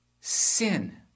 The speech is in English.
sin